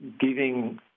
giving